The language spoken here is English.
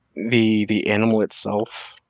the the animal itself,